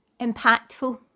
impactful